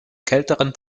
kälteren